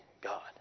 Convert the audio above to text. God